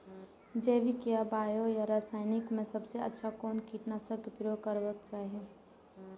जैविक या बायो या रासायनिक में सबसँ अच्छा कोन कीटनाशक क प्रयोग करबाक चाही?